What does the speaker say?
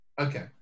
Okay